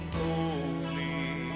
holy